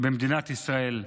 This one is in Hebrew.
במדינת ישראל.